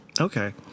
Okay